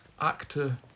actor